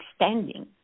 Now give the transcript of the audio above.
extending